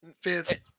fifth